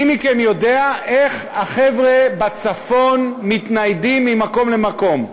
מי מכם יודע איך החבר'ה בצפון מתניידים ממקום למקום.